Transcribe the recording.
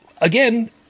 again